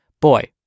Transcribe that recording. Boy